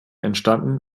entstanden